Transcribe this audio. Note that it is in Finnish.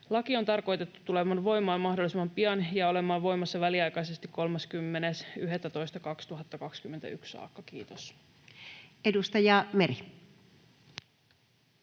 Laki on tarkoitettu tulemaan voimaan mahdollisimman pian ja olemaan voimassa väliaikaisesti 30.11.2021 saakka. — Kiitos. [Speech